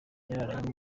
yararanye